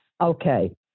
Okay